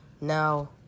Now